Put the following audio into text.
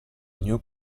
new